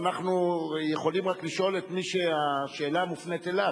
אנחנו יכולים לשאול רק את מי שהשאלה מופנית אליו,